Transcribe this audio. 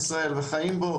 אם נחבר,